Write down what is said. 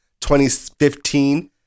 2015